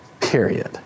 period